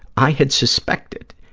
i had suspected,